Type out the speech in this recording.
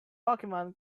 pokemon